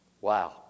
Wow